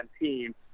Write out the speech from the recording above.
team